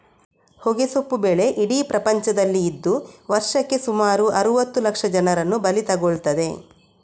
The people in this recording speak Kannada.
ಹೊಗೆಸೊಪ್ಪು ಬೆಳೆ ಇಡೀ ಪ್ರಪಂಚದಲ್ಲಿ ಇದ್ದು ವರ್ಷಕ್ಕೆ ಸುಮಾರು ಅರುವತ್ತು ಲಕ್ಷ ಜನರನ್ನ ಬಲಿ ತಗೊಳ್ತದೆ